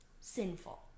sinful